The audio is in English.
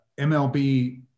MLB